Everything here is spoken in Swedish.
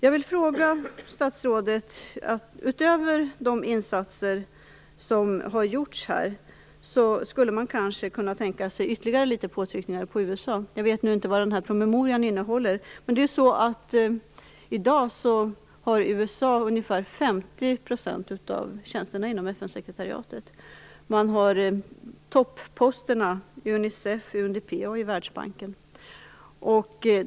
Jag vill ställa en fråga till statsrådet. Utöver de insatser som har gjorts skulle vi kanske kunna tänka oss ytterligare påtryckningar på USA. Jag vet inte vad promemorian innehåller. I dag innehar USA ungefär 50 % av tjänsterna inom FN-sekretariatet. Man har topposterna i Unicef, UNDP och i Världsbanken.